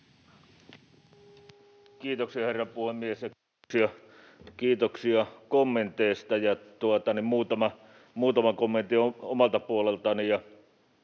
Kiitoksia, herra puhemies! Kiitoksia kommenteista. Muutama kommentti omalta puoleltani.